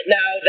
now